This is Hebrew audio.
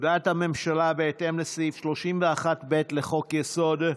הודעת הממשלה בהתאם לסעיף 31(ב) לחוק-יסוד: